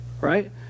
Right